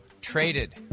traded